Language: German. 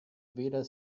weder